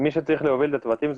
מי שצריך להוביל את הצוותים,